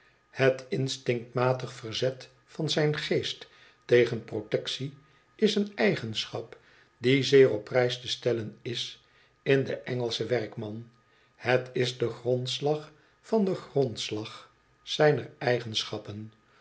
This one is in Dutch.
het instinctmatig verzet van zijn geest tegen protectie is een eigenschap die zeer op prijs te stellen is in den engelschen werkman het is de grondslag van den grondslag zijner eigenschappen